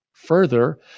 Further